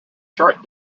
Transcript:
chart